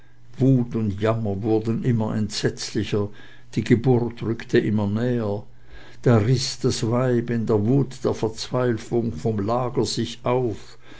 wut und jammer wurde immer entsetzlicher die geburt rückte immer näher da riß das weib in der wut der verzweiflung vom lager sich auf